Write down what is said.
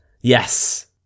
Yes